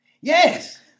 Yes